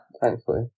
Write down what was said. Thankfully